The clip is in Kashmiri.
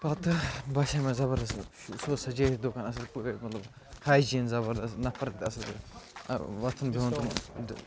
پَتہٕ باسے مےٚ زَبردست سُہ اوس سَجٲیِتھ دُکان اصٕل پٲٹھۍ مطلب ہایجیٖن زَبردَست نَفَر تہِ اصٕل ٲں وۄتھُن بِہُن تہِ